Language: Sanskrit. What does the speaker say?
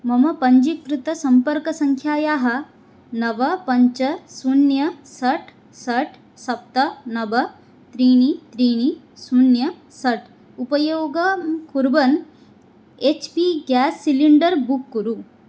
मम पञ्जीकृतसम्पर्कसङ्ख्यायाः नव पञ्च शून्यं षट् षट् सप्त नव त्रीणि त्रीणि शून्यं षट् उपयोगं कुर्वन् H P gas cylinder book कुरु